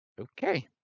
Okay